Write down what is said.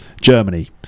Germany